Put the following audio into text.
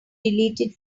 deleted